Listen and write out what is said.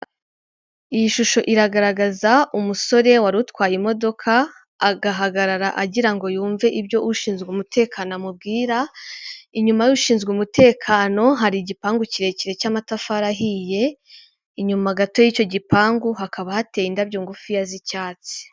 Iyi shusho iragaragaza umusore wari utwaye imodoka, agahagarara agira yumve ibyo ushinzwe umutekano amubwira, inyuma y'ushinzwe umutekano hari igipangu kirekire cy'amatafari ahiye, inyuma gato y'icyo gipangu hakaba hateye indabyo ngufiya z'icyatsi.